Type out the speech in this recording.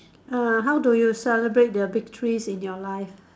uh how do you celebrate the victories in your life